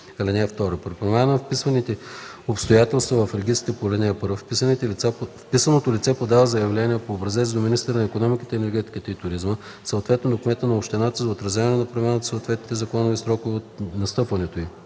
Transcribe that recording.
При промяна на вписаните обстоятелства в регистрите по ал. 1 вписаното лице подава заявление по образец до министъра на икономиката, енергетиката и туризма, съответно до кмета на общината, за отразяване на промяната в съответните законови срокове от настъпването й.